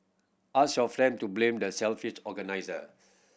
ask your friend to blame the selfish organiser